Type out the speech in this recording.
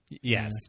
Yes